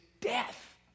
death